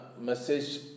message